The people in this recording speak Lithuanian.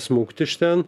smukt iš ten